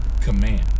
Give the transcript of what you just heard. command